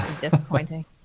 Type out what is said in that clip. disappointing